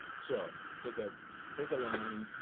so take ah take a line,